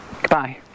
Goodbye